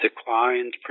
declined